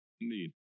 Indeed